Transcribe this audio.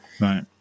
right